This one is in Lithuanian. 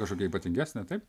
kažkokia ypatingesnė taip